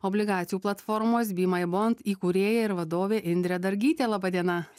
obligacijų platformos bemybond įkūrėja ir vadovė indrė dargytė laba diena